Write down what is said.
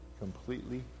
completely